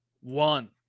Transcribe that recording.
one